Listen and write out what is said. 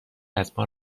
ازما